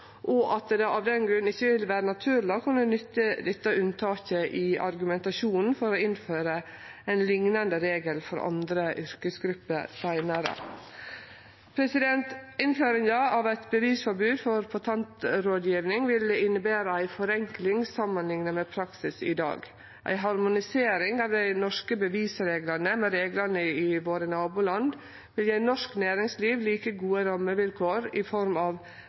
og at det av den grunn ikkje vil vere naturleg å kunne nytte dette unntaket i argumentasjonen for å innføre ein liknande regel for andre yrkesgrupper seinare. Innføringa av eit bevisforbod for patentrådgjeving vil innebere ei forenkling samanlikna med praksisen i dag. Ei harmonisering av dei norske bevisreglane med reglane i våre naboland vil gje norsk næringsliv like gode rammevilkår i form av